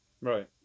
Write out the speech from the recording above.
Right